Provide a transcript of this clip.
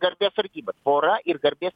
garbės sargyba tvora ir garbės